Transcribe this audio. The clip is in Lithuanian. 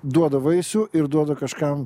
duoda vaisių ir duoda kažkam